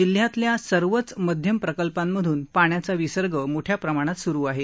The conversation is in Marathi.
जिल्हयातल्या सर्वच मध्यम प्रकल्पांमधून पाण्याचा विसर्ग मोठ्या प्रमाणात सूरु आहे